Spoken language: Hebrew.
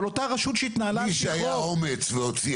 אבל אותה רשות שהתנהלה כחוק --- למי שהיה אומץ והוציא,